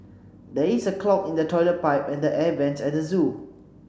there is a clog in the toilet pipe and the air vents at the zoo